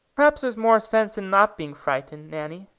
perhaps there's more sense in not being frightened, nanny,